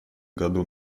году